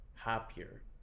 Happier